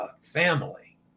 family